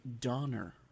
Donner